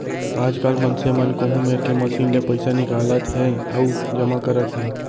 आजकाल मनसे मन कोहूँ मेर के मसीन ले पइसा निकालत हें अउ जमा करत हें